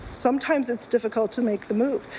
sometimes it's difficult to make the move.